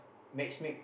matchmake